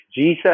Jesus